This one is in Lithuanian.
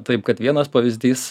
taip kad vienas pavyzdys